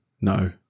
No